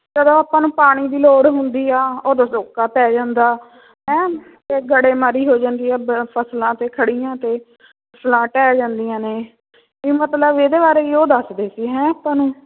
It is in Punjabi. ਚਲੋ ਆਪਾਂ ਨੂੰ ਪਾਣੀ ਦੀ ਲੋੜ ਹੁੰਦੀ ਆ ਉਦੋਂ ਸੋਕਾ ਪੈ ਜਾਂਦਾ ਹੈਂ ਅਤੇ ਗੜੇਮਾਰੀ ਹੋ ਜਾਂਦੀ ਹੈ ਬ ਫਸਲਾਂ 'ਤੇ ਖੜੀਆਂ ਅਤੇ ਢਹਿ ਜਾਂਦੀਆਂ ਨੇ ਇਹ ਮਤਲਬ ਇਹਦੇ ਬਾਰੇ ਹੀ ਉਹ ਦੱਸਦੇ ਸੀ ਹੈਂ ਆਪਾਂ ਨੂੰ